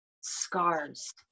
scars